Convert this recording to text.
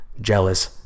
jealous